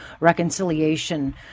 reconciliation